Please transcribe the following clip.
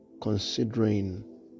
considering